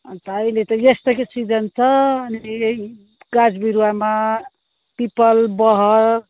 अन्त अहिले त यस्तैको सिजन छ नि यही गाछ बिरुवामा पिपल बर